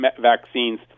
vaccines